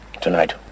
Tonight